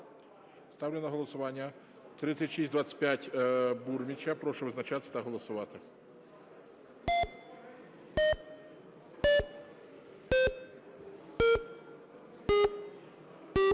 Ставлю на голосування 3798. Прошу визначатися та голосувати.